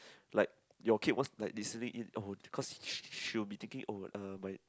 like your kid wants like listening in oh cause she she'll be thinking oh uh my